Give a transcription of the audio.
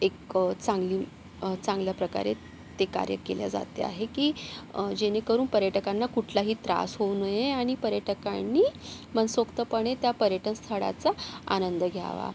एक चांगली चांगल्याप्रकारे ते कार्य केल्या जाते आहे की जेणेकरून पर्यटकांना कुठलाही त्रास होऊ नये आणि पर्यटकांनी मनसोक्तपणे त्या पर्यटन स्थळाचा आनंद घ्यावा